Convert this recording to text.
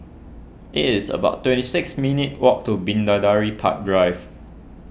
it is about twenty six minutes' walk to Bidadari Park Drive